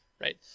right